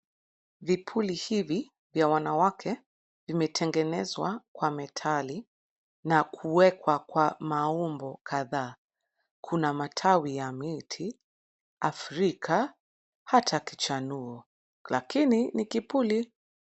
Vipuli hivi vya wanawake vimetengenezwa kwa metali na kuwekwa kwa maumbo kadhaa. Kuna matawi ya miti, Afrika hata kichanuo lakini ni kipuli.